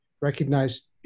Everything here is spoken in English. recognized